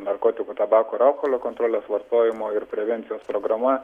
narkotikų tabako ir alkoholio kontrolės vartojimo ir prevencijos programa